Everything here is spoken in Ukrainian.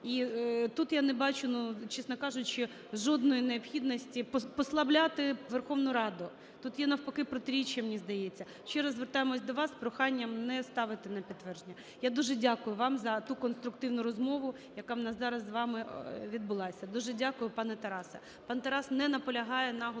І тут я не бачу, ну, чесно кажучи, жодної необхідності послабляти Верховну Раду, тут є навпаки протиріччя, мені здається. Ще раз звертаємося до вас з проханням не ставити на підтвердження. Я дуже дякую вам за ту конструктивну розмову, яка в нас зараз з вами відбулася, дуже дякую, пане Тарасе.